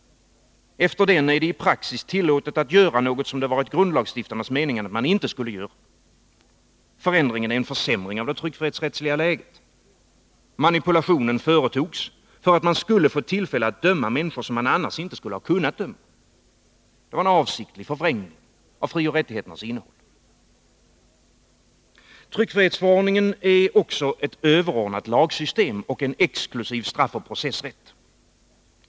Efter den är det i praxis tillåtet att göra något som det varit grundlagsstiftarnas mening att man inte skulle göra. Förändringen är en försämring av det tryckfrihetsrättsliga läget. Manipulationen företogs för att man skulle få tillfälle att döma människor som man annars inte skulle kunnat döma. Det var en avsiktlig förvrängning av frioch rättigheternas innehåll. Tryckfrihetsförordningen är också ett överordnat lagsystem och en exklusiv straffoch processrätt.